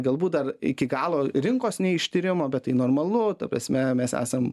galbūt dar iki galo rinkos neištyrimo bet tai normalu ta prasme mes esam